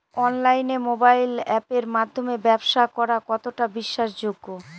অনলাইনে মোবাইল আপের মাধ্যমে ব্যাবসা করা কতটা বিশ্বাসযোগ্য?